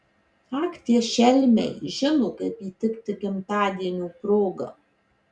ak tie šelmiai žino kaip įtikti gimtadienio proga